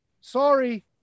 sorry